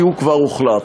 כי הוא כבר הוחלט,